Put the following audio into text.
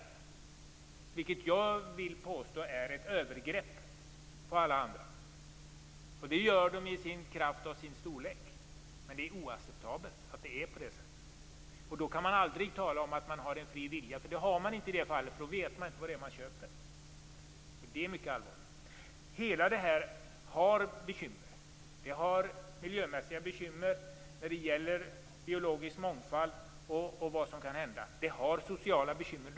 Det vill jag påstå är ett övergrepp på alla andra. Det gör de i kraft av sin storlek. Men det är oacceptabelt att det är på det sättet. Då kan man aldrig tala om att man har en fri vilja, för det har man inte i det fallet. Man vet inte vad det är man köper. Det är mycket allvarligt. Hela det här området har bekymmer. Det finns miljömässiga bekymmer när det gäller biologisk mångfald och vad som kan hända med den. Det finns sociala bekymmer.